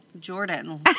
Jordan